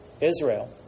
Israel